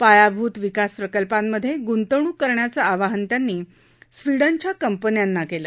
पायाभूत विकास प्रकल्पांमधधगुतवणूक करण्याचं आवाहन त्यांनी स्वीडनच्या कंपन्यांना कल्ल